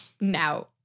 Now